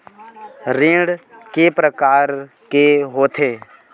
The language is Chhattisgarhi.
ऋण के प्रकार के होथे?